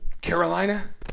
Carolina